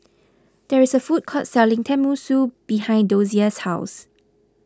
there is a food court selling Tenmusu behind Dosia's house